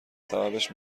سببش